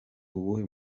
uwuhe